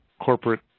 corporate